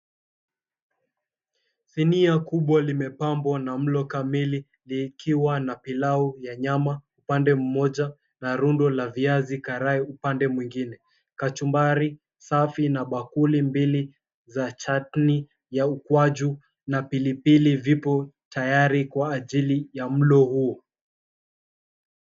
Sinia kubwa limepambwa na mlo kamili likiwa na pilau ya nyama upande mmoja na rundo la viazi karai upande mwingine, kachumbari safi na bakuli mbili za chutney ya ukwaju na pilipili vipo tayari kwa ajili ya mlo huo.